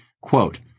quote